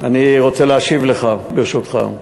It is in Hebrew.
אני רוצה להשיב לך, ברשותך.